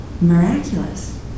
miraculous